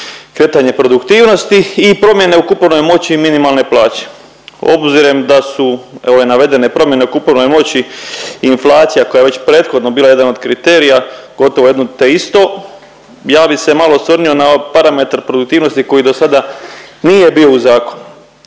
kretanje produktivnosti i promjene u kupovnoj moći i minimalne plaće. Obzirom da su ove navedene promjene o kupovnoj moći i inflacija koja je već prethodno bila jedan od kriterija, gotovo jedno te isto ja bi se malo osvrnio na parametar produktivnosti koji do sada nije bio u zakonu.